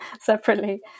separately